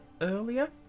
earlier